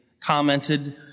commented